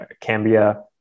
Cambia